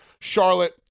Charlotte